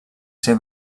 ser